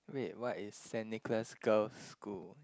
wait what is Saint-Nicholas Girls' school